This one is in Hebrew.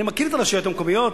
אני מכיר את הרשויות המקומיות,